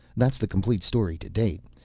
that's the complete story, to date.